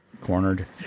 Cornered